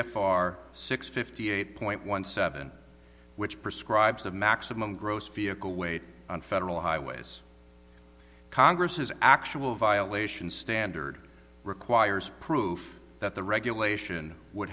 f r six fifty eight point one seven which prescribes the maximum gross vehicle weight on federal highways congress's actual violation standard requires proof that the regulation would